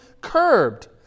curbed